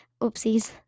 oopsies